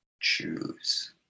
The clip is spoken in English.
choose